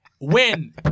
Win